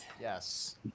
Yes